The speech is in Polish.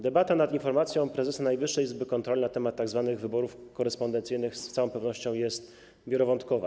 Debata nad informacją prezesa Najwyższej Izby Kontroli na temat tzw. wyborów korespondencyjnych z całą pewnością jest wielowątkowa.